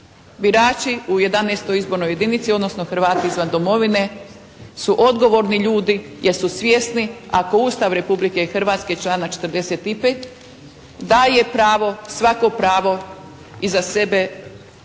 Birači u XI. izbornoj jedinici, odnosno Hrvati izvan domovine su odgovorni ljudi, jer su svjesni ako Ustav Republike Hrvatske, članak 45. daje pravo, svako pravo, iza sebe nosi